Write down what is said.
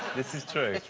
this is true.